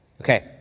Okay